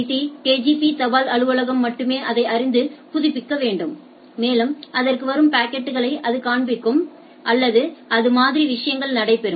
D கேஜிபி தபால் அலுவலகம் மட்டுமே அதை அறிந்து புதுப்பிக்க வேண்டும் மேலும் அதற்கு வரும் பாக்கெட்களை அது காண்பிக்கும் அல்லது அது மாதிரி விஷயங்கள் நடைபெறும்